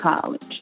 college